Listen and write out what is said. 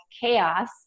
chaos